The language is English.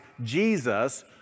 Jesus